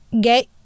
get